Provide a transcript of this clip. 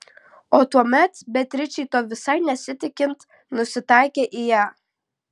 o tuomet beatričei to visai nesitikint nusitaikė į ją